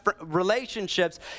relationships